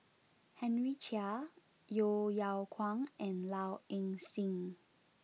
Henry Chia Yeo Yeow Kwang and Low Ing Sing